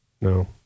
no